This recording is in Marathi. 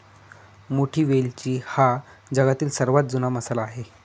मोठी वेलची हा जगातील सर्वात जुना मसाला आहे